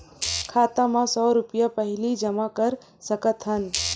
खाता मा सौ रुपिया पहिली जमा कर सकथन?